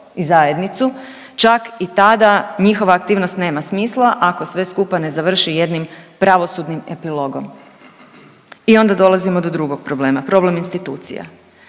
i zajednicu čak i tada njihova aktivnost nema smisla ako sve skupa ne završi jednim pravosudnim epilogom i onda dolazimo do drugog problema problem institucija.